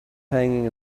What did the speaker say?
hanging